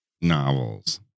Novels